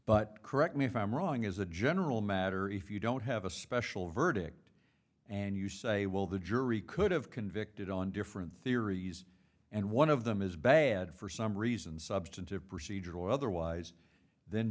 but correct me if i'm wrong as a general matter if you don't have a special verdict and you say well the jury could have convicted on different theories and one of them is bad for some reason substantive procedural or otherwise th